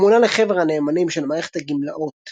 מונה לחבר הנאמנים של מערכת הגלמאות